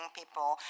people